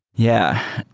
yeah.